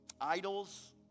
idols